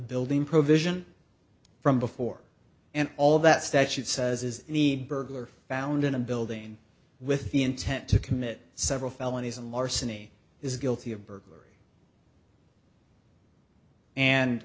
building provision from before and all that statute says is the burglar found in a building with the intent to commit several felonies and larceny is guilty of burglary and